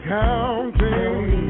counting